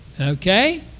Okay